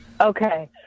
Okay